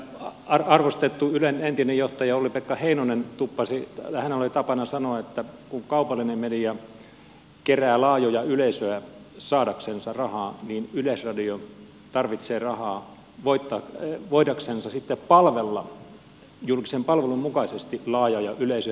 arvostetulla ylen entisellä johtajalla olli pekka heinosella oli tapana sanoa että kun kaupallinen media kerää laajoja yleisöjä saadaksensa rahaa niin yleisradio tarvitsee rahaa voidaksensa sitten palvella julkisen palvelun mukaisesti laajoja yleisöjä